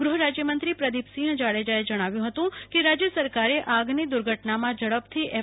ગૃહરાજયમંત્રી પ્રદિપસિંહ જાડેજાએ જણાવ્યુ હતું કે રાજય સરકારે આગની દુર્ધટનામાં ઝડપથી એફ